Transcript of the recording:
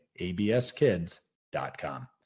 abskids.com